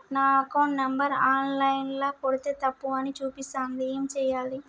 నా account number online ల కొడ్తే తప్పు అని చూపిస్తాంది ఏం చేయాలి?